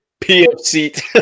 PFC